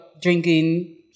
Drinking